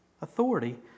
authority